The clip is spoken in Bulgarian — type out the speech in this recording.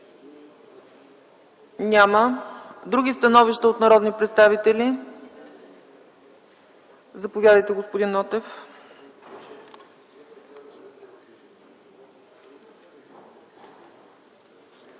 Няма. Други становища от народни представители? Заповядайте, господин Нотев.